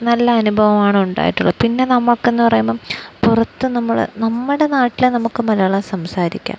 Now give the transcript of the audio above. നല്ല അനുഭവമാണുണ്ടായിട്ടുള്ളത് പിന്നെ നമുക്കെന്ന് പറയുമ്പോള് പുറത്ത് നമ്മള് നമ്മുടെ നാട്ടില് നമുക്ക് മലയാളം സംസാരിക്കാം